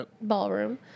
Ballroom